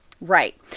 Right